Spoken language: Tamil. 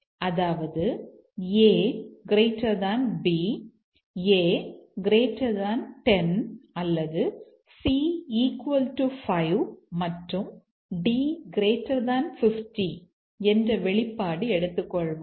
அதாவது a b a 10 அல்லது c 5 மற்றும் d 50 என்ற வெளிப்பாடு எடுத்துக்கொள்வோம்